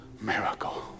Miracle